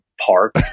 park